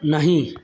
नहि